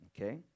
Okay